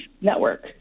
network